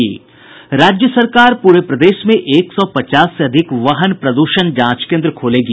राज्य सरकार पूरे प्रदेश में एक सौ पचास से अधिक वाहन प्रदूषण जांच केन्द्र खोलेगी